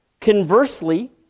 Conversely